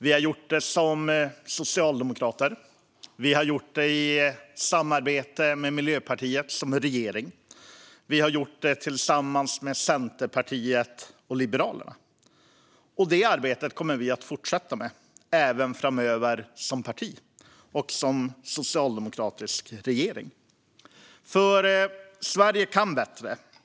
Vi har gjort det som socialdemokrater. Vi har gjort det i samarbete med Miljöpartiet som regering. Vi har gjort det tillsammans med Centerpartiet och Liberalerna. Detta arbete kommer vi att fortsätta även framöver som parti och som socialdemokratisk regering. Sverige kan bättre.